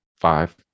five